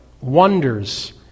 wonders